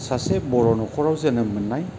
सासे बर' न'खराव जोनोम मोननाय